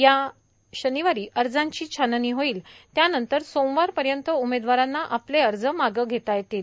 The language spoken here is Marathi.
या शनिवारी अर्जांची छाननी होईल त्यानंतर सोमवारपर्यंत उमेदवारांना आपले अर्ज मागे घेता येईल